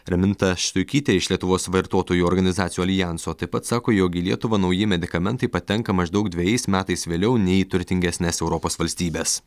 raminta štuikytė iš lietuvos vartotojų organizacijų aljanso taip pat sako jog į lietuvą nauji medikamentai patenka maždaug dvejais metais vėliau nei turtingesnes europos valstybes